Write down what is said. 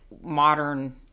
modern